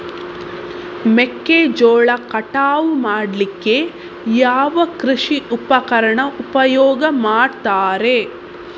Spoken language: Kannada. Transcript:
ಮೆಕ್ಕೆಜೋಳ ಕಟಾವು ಮಾಡ್ಲಿಕ್ಕೆ ಯಾವ ಕೃಷಿ ಉಪಕರಣ ಉಪಯೋಗ ಮಾಡ್ತಾರೆ?